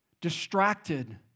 distracted